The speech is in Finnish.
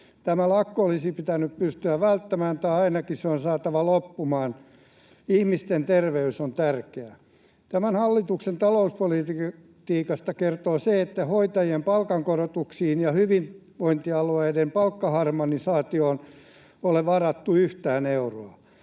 Tämä lakko olisi pitänyt pystyä välttämään tai ainakin se on saatava loppumaan — ihmisten terveys on tärkeää. Tämän hallituksen talouspolitiikasta kertoo se, ettei hoitajien palkankorotuksiin ja hyvinvointialueiden palkkaharmonisaatioon ole varattu yhtään euroa.